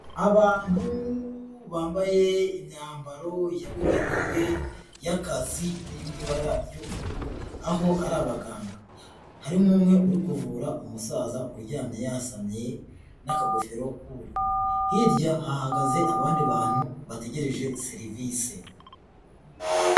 Abantu bambaye imyambaro yabugenewe y'akazi iri mu ibara ry'ubururu aho ari abaganga, harimo umwe uri kuvura umusaza uryamye yasamye n'akagofero k'ubururu, hirya hahagaze abandi bantu bategereje serivise.